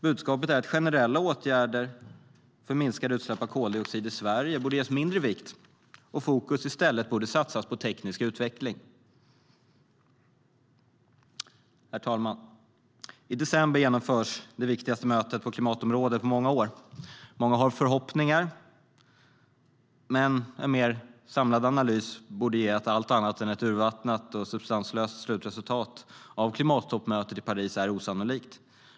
Budskapet är att generella åtgärder för minskade utsläpp av koldioxid i Sverige borde ges mindre vikt och att fokus i stället borde ligga på teknisk utveckling. Herr talman! I december genomförs det viktigaste mötet på klimatområdet på många år. Många har förhoppningar, men en mer samlad analys borde ge att allt annat än ett urvattnat och substanslöst slutresultat av klimattoppmötet i Paris är osannolikt.